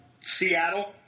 Seattle